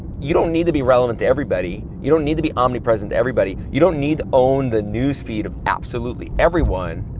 you don't need to be relevant to everybody, you don't need to be omnipresent to everybody, you don't need to own the newsfeed of absolutely everyone,